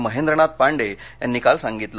महेंद्र नाथ पांडे यांनी काल सांगितलं